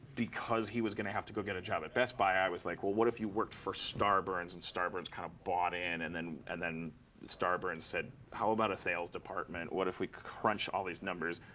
because he was going to have to go get a job at best buy, i was like, well, what if you worked for starburns? and starburns kind of bought in? and then and then starburns said, how about a sales department? what if we crunched all these numbers,